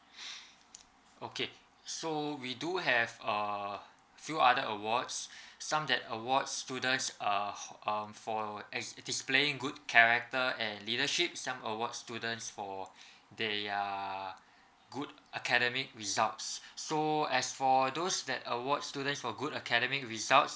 okay so we do have a few other awards some that awards students uh ho~ um for ex~ displaying good character and leadership some awards students for their good academic results so as for those that award students for good academic results